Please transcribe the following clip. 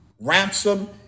ransom